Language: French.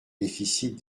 déficits